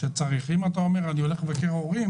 כשאתה אומר שהולכים לבקר הורים